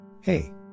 Hey